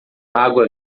água